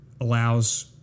allows